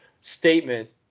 statement